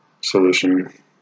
solution